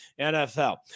NFL